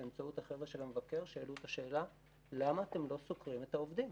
באמצעות החבר'ה של המבקר שהעלו את השאלה: למה אתם לא סוקרים את העובדים?